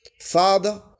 Father